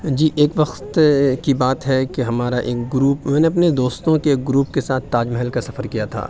جی ایک وقت کی بات ہے کہ ہمارا ایک گروپ میں نے اپنے دوستوں کے ایک گروپ کے ساتھ تاج محل کا سفر کیا تھا